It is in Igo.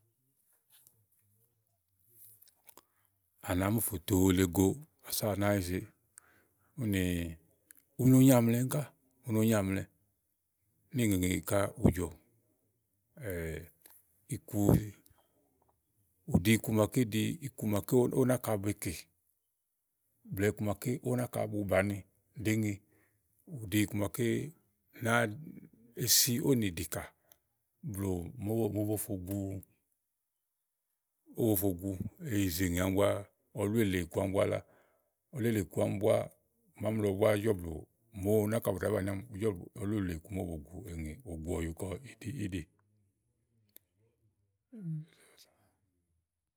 à nàáa mu ùfù tòo, ása à nàáa yizee, úni u no nyaàmlɛmi ká, u no nyaàmlɛ. Níìŋeŋe ká ùú jɔ, iku, ù ɖi iku maké ɖi iku màa ówo náka be kè blɛ̀ɛ íku maké ówo náka bu bàni ɖèé ge. ù ɖi iku maké nàáa, ɖèe si ówò nìɖìkà blù màa ówó bo fo gu, màa ówó bo fo gu eyize ŋè ámi búá, ɔlú èle iku àámi búá lá, ɔlú èle ìku àámi búá màámi lɔ búá àá jɔ blù màa ówo náka bu ɖàá banìi ámi. ùú jɔ blù ɔlú èle iku màa ówó bòo gu eŋè ogu ɔyu kɔ íɖì.